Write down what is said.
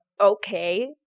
okay